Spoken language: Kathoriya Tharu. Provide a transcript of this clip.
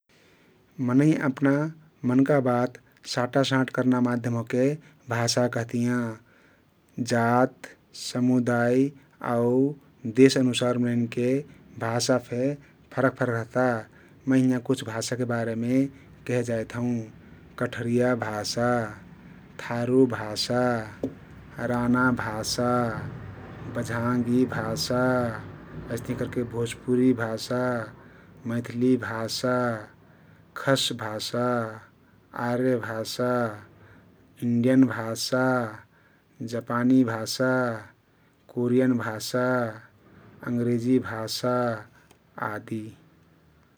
मनै अपना मनका बात साटासाट कर्ना माध्यम ओहके भाषा कहतियाँ । जात, समुदाय आउ देश अनुसार मनैनके भाषा फे फरक फरक रहता । मै हिंयाँ कुछ भाषाके बारेमे केहे जाइत हउँ । कठरिया भाषा, थारु भाषा, राना भाषा, बझाङ्गी भाषा, अइस्तहिं करके भोजपुरी भाषा, मैथली भाषा, खस भाषा, आर्य भाषा, इन्डियन भाषा, जपानी भाषा, कोरियन भाषा, अङ्ग्रेजी भाषा आदि ।